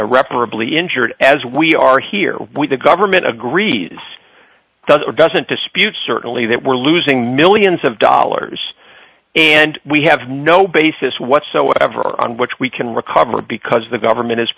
a reparable ie injured as we are here with the government agrees does or doesn't dispute certainly that we're losing millions of dollars and we have no basis whatsoever on which we can recover because the government is